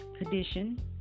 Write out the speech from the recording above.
condition